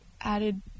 added